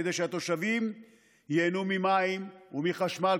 כדי שהתושבים ייהנו ממים ומחשמל,